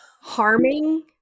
harming